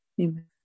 Amen